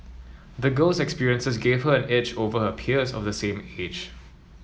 the girl's experiences gave her an edge over her peers of the same age